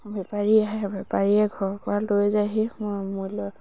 বেপাৰী আহে বেপাৰীয়ে ঘৰৰ পৰা লৈ যায়হি মূল্য়